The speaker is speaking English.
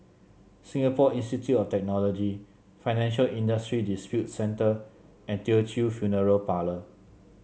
Singapore Institute of Technology Financial Industry Disputes Center and Teochew Funeral Parlour